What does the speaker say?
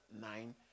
nine